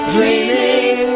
Dreaming